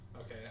okay